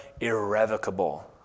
irrevocable